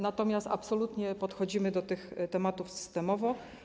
Natomiast absolutnie podchodzimy do tych tematów systemowo.